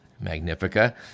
magnifica